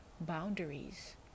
boundaries